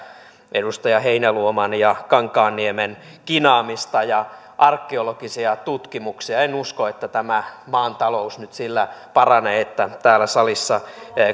edustaja heinäluoman ja edustaja kankaanniemen kinaamista ja arkeologisia tutkimuksia en usko että tämän maan talous nyt sillä paranee että täällä salissa